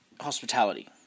hospitality